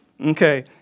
Okay